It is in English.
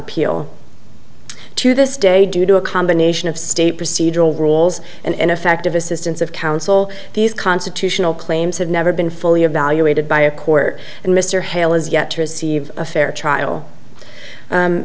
appeal to this day due to a combination of state procedural rules and ineffective assistance of counsel these constitutional claims have never been fully evaluated by a court and mr hale is yet to receive a fair trial